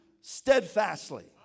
steadfastly